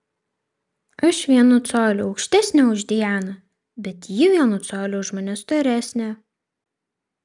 aš vienu coliu aukštesnė už dianą bet ji vienu coliu už mane storesnė